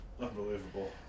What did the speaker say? Unbelievable